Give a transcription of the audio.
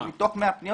אבהיר מה היו הפניות